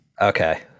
Okay